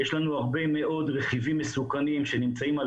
יש לנו הרבה מאוד רכיבים מסוכנים שנמצאים על